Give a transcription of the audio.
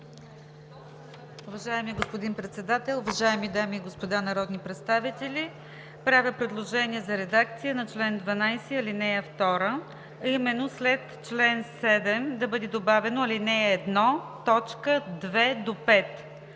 Уважаеми господин Председател, уважаеми дами и господа народни представители! Правя предложение за редакция на чл. 12, ал. 2, а именно след чл. 7 да бъде добавено „ал. 1, т.